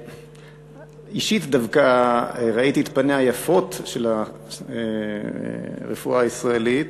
אישית דווקא ראיתי את פניה היפות של הרפואה הישראלית.